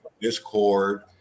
Discord